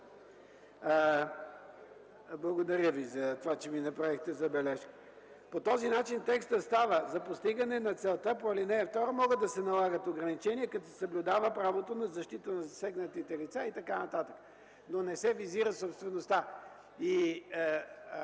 да отпадне. (Шум и реплики.) По този начин текстът става: „за постигане на целта по ал. 2 могат да се налагат ограничения, като се съблюдава правото на защита на засегнатите лица” и така нататък, но не се визира собствеността.